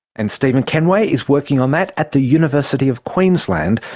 and steven kenway is working on that at the university of queensland,